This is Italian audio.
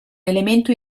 elemento